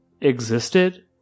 existed